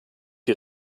die